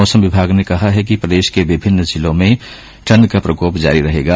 मौसम विभाग ने कहा है कि प्रदेश के विभिन्न जिलों में ठंड का प्रकोप जारी रहेगा